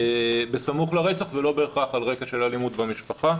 בסמוך לרצח ולא בהכרח על רקע של אלימות במשפחה,